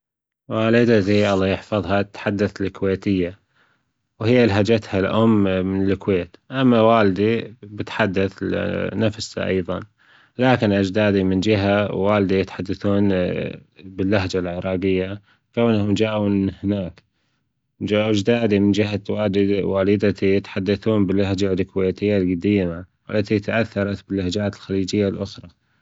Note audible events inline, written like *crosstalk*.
والدتي الله يحفظها تتحدث الكويتية وهي لهجتها الأم من الكويت، اما والدي بيتحدث *hesitation* نفسها أيضا، لكن أجدادي من جهة والدي يتحدثون *hesitation* باللهجة العراجيه كونهم جاءوا من هناك جاءوا أجدادي من جهة وال والدتي يتحدثون باللهجة الكويتية الجديمه والتي تأثرت باللهجات الخليجية الأخري.